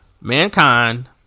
Mankind